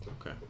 Okay